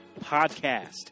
Podcast